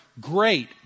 great